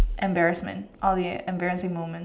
embarrassment all the embarrassing moments